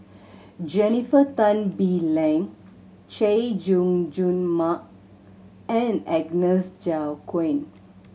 Jennifer Tan Bee Leng Chay Jung Jun Mark and Agnes Joaquim